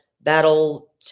battle